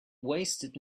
wasted